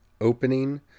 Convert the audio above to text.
opening